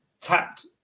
tapped